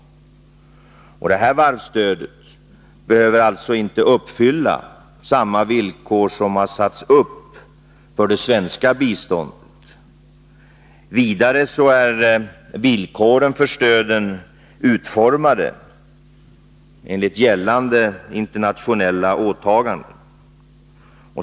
Det här varvsstödet behöver alltså inte uppfylla samma villkor som satts upp för det svenska biståndet. Vidare är villkoren för stöden utformade enligt gällande internationella åtaganden.